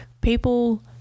people